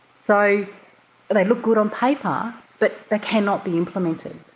so they look good on paper but they cannot be implemented.